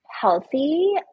healthy